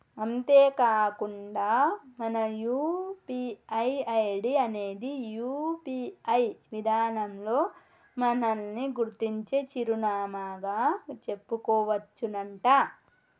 అంతేకాకుండా మన UPI ID అనేది యూ.పీ.ఐ విధానంలో మనల్ని గుర్తించే చిరునామాగా చెప్పుకోవచ్చునంట